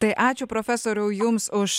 tai ačiū profesoriau jums už